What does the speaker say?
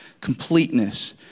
completeness